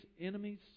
enemies